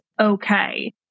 okay